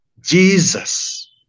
Jesus